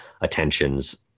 attentions